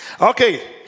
Okay